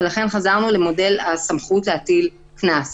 ולכן חזרנו למודל הסמכות להטיל קנס.